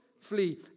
flee